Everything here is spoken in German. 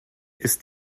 ist